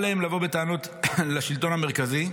אל להם לבוא בטענות לשלטון המרכזי.